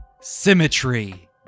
Symmetry